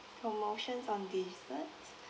promotions on desserts